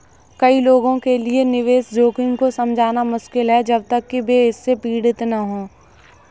कई लोगों के लिए निवेश जोखिम को समझना मुश्किल है जब तक कि वे इससे पीड़ित न हों